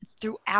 throughout